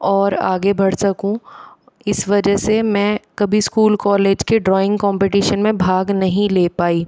और आगे बढ़ सकूँ इस वजह से मैं कभी स्कूल कोलेज के ड्राइंग कॉम्पटीशन में भाग नहीं ले पायी